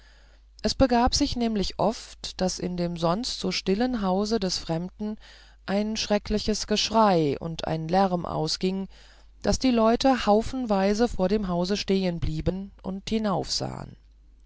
es begab sich nämlich oft daß in dem sonst so stillen hause des fremden ein schreckliches geschrei und ein lärm ausging daß die leute haufenweise vor dem hause stehenblieben und